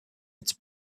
its